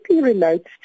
relates